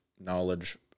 knowledge